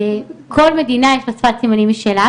כל מדינה יש לה שפת סימנים משלה.